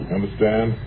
Understand